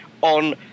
on